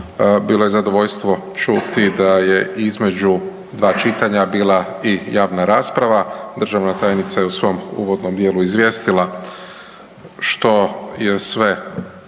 bilo je zadovoljstvo čuti da je između dva čitanja bila i javna rasprava. Državna tajnica je u svom uvodnom dijelu izvijestila što je sve